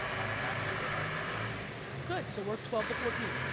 i'm happy, but i want more. good, so work twelve to fourteen.